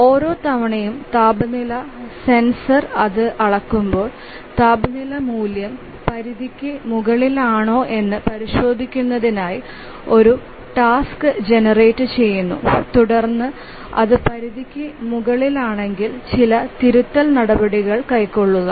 ഓരോ തവണയും താപനില സെൻസർ അത് അളക്കുമ്പോൾ താപനില മൂല്യം പരിധിക്ക് മുകളിലാണോയെന്ന് പരിശോധിക്കുന്നതിനായി ഒരു ടാസ്ക് ജനറേറ്റുചെയ്യുന്നു തുടർന്ന് അത് പരിധിക്ക് മുകളിലാണെങ്കിൽ ചില തിരുത്തൽ നടപടികൾ കൈക്കൊള്ളുക